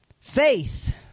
Faith